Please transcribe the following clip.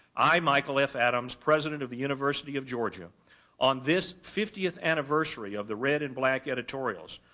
i, michael f. adams, president of the university of georgia on this fiftieth anniversary of the red and black editorials,